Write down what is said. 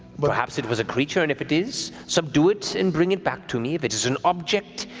but perhaps it was a creature and if it is, subdue it and bring it back to me. if it is an object,